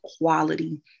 quality